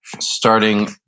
starting